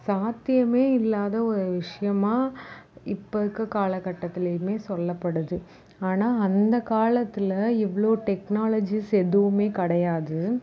சாத்தியமே இல்லாத ஒரு விஷயமா இப்போ இருக்க காலகட்டத்துலையுமே சொல்லபடுது ஆனால் அந்த காலத்தில் இவ்வளோ டெக்னாலஜிஸ் எதுவுமே கிடயாது